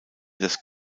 des